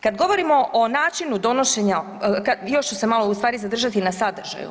Kada govorimo o načinu donošenja, još ću se malo ustvari zadržati na sadržaju.